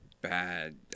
bad